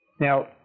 Now